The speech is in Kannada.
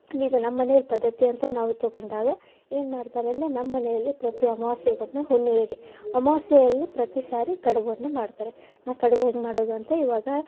ಇನ್ನೂ ಇದು ನಮ್ಮ ಮನೆಯಲ್ಲಿ ಪದ್ಧತಿ ಅಂತ ನಾವು ತೊಗೊಂಡಾಗ ಏನು ಮಾಡ್ತಾರೆಂದರೆ ನಮ್ಮನೆಯಲ್ಲಿ ಪ್ರತಿ ಅಮವಾಸ್ಯೆಗೊಮ್ಮೆ ಹುಣ್ಣಿಮೆಗೆ ಅಮವಾಸ್ಯೆಯಲ್ಲಿ ಪ್ರತಿ ಸಾರಿ ಕಡುಬುವನ್ನು ಮಾಡ್ತಾರೆ ಆ ಕಡುಬು ಹೆಂಗೆ ಮಾಡೋದು ಅಂತ ಈವಾಗ